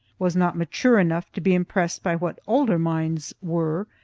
was not mature enough to be impressed by what older minds were,